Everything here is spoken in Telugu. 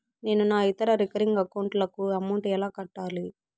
నేను నా ఇతర రికరింగ్ అకౌంట్ లకు అమౌంట్ ఎలా కట్టాలి?